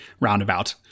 roundabout